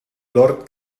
lord